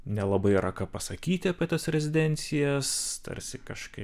nelabai yra ką pasakyti apie tas rezidencijas tarsi kažkaip